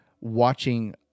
watching